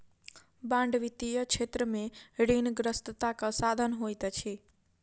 bond वित्तीय क्षेत्र में ऋणग्रस्तताक साधन होइत अछि